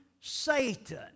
Satan